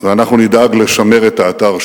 ואנחנו נדאג לשמר את האתר,